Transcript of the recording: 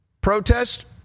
protest